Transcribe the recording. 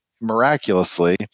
Miraculously